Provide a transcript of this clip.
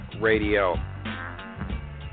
Radio